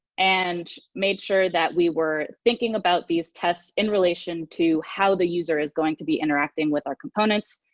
and made sure that we were thinking about these tests in relation to how the user is going to be interacting with our components,